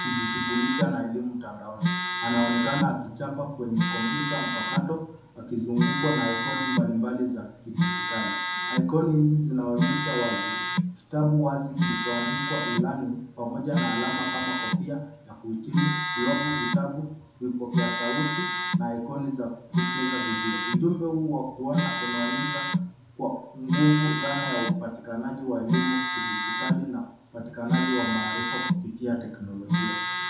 Kujishughulia na elimu mtandaoni. Anaonekana akichapa kwenye kompyuta mpakato, akizungukwa na ikoni mbalimbali za kidijitali. Ikoni hizi zinaonyesha wazi, kitabu wazi kilichoandikwa ilani, pamoja na alama kama kofia ya kuhitimu, globu , vitabu vipokea sauti, na ikoni za kucheza video. Ujumbe huu wa kuona unaonyesha kwa nguvu dhana ya upatikanaji wa elimu kidijitali na upatikanaji wa maarifa kupitia teknolojia.